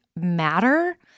matter